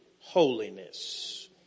holiness